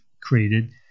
created